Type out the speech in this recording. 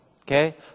Okay